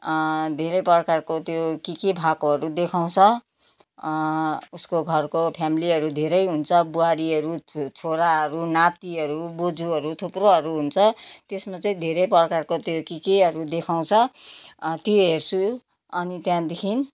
धेरै प्रकारको त्यो के के भएकोहरू देखाउँछ उसको घरको फ्यामिलीहरू धेरै हुन्छ बुहारीहरू छोराहरू नातिहरू बज्यूहरू थुप्रोहरू हुन्छ त्यसमा चाहिँ धेरै प्रकारको त्यो के केहरू देखाउँछ ती हेर्छु अनि त्यहाँदेखिन्